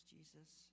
Jesus